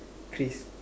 chris